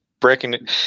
breaking